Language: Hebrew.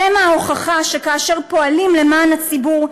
אתם ההוכחה שכאשר פועלים למען הציבור,